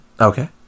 Okay